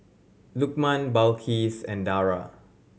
Lukman Balqis and Dara